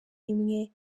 imwe